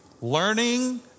learning